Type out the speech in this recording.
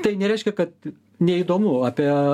tai nereiškia kad neįdomu apie